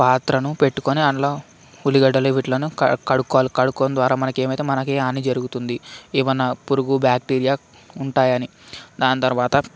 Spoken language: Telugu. పాత్రను పెట్టుకొని అందులో ఉల్లిగడ్డలు వీటీని కడుకోవాలి కడుకొని ద్వారా మనకేమైతే మనకి హాని జరుగుతుంది ఏవన్నాపురుగు బాక్టీరియా ఉంటాయని దాని తర్వాత